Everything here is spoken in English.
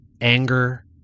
Anger